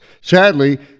Sadly